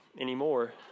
anymore